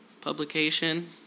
publication